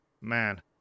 man